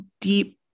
deep